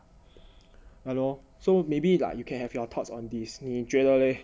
ya lor so maybe like you can have your thoughts on this 你觉得 leh